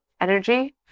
energy